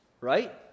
right